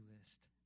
list